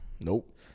Nope